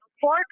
four